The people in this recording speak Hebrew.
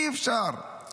אי-אפשר לשכנע אותי בהם.